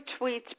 tweets